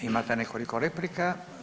Imate nekoliko replika.